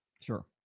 Sure